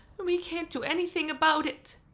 we can't do anything about it.